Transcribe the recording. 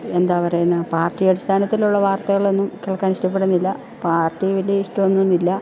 എന്താ പറയുന്നത് പാർട്ടി അടിസ്ഥാനത്തിലുള്ള വാർത്തകളൊന്നും കേൾക്കാൻ ഇഷ്ടപ്പെടുന്നില്ല പാർട്ടി വലിയ ഇഷ്ടം ഒന്നും ഇല്ല